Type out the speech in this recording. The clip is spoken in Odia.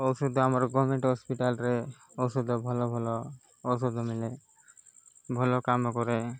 ଔଷଧ ଆମର ଗମେଣ୍ଟ ହସ୍ପିଟାଲରେ ଔଷଧ ଭଲ ଭଲ ଔଷଧ ମିଳେ ଭଲ କାମ କରେ